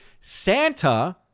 Santa